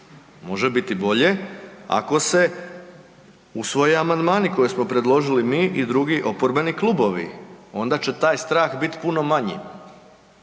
Može biti bolje ako se usvoje amandmani koje smo predložili mi i drugi oporbeni klubovi, onda će taj strah bit puno manji,